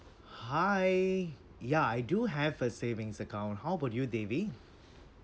hi ya I do have a savings account how bout you devi